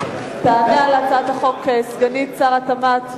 תענה על הצעת החוק סגנית שר התמ"ת,